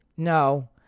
No